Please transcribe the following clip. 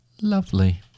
Lovely